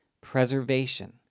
preservation